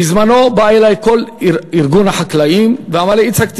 בזמנו בא אלי כל ארגון החקלאים ואמר לי: יצחק,